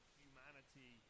humanity